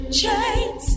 chains